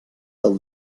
del